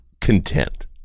content